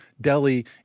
Delhi